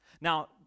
Now